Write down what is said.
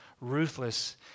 ruthless